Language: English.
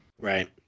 Right